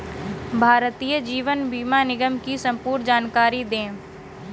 भारतीय जीवन बीमा निगम की संपूर्ण जानकारी दें?